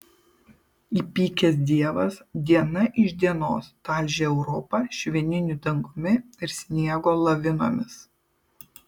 įpykęs dievas diena iš dienos talžė europą švininiu dangumi ir sniego lavinomis